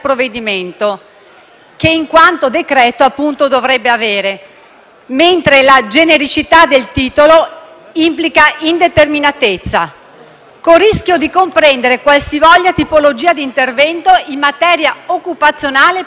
che in quanto decreto-legge dovrebbe avere, mentre la genericità del titolo implica indeterminatezza, con il rischio di comprendere qualsivoglia tipologia di intervento in materia occupazionale e previdenziale: